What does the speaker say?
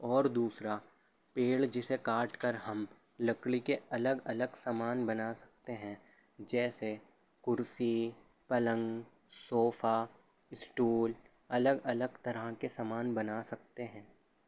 اور دوسرا پیڑ جسے کاٹ کر ہم لکڑی کے الگ الگ سامان بنا سکتے ہیں جیسے کرسی پلنگ صوفہ اسٹول الگ الگ طرح کے سامان بنا سکتے ہیں